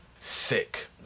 Sick